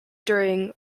during